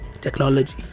technology